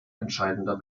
entscheidender